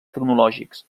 tecnològics